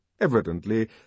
Evidently